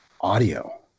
audio